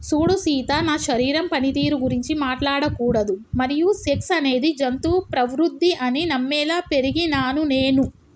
సూడు సీత నా శరీరం పనితీరు గురించి మాట్లాడకూడదు మరియు సెక్స్ అనేది జంతు ప్రవుద్ది అని నమ్మేలా పెరిగినాను నేను